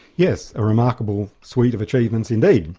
yes, a remarkable suite of achievements indeed.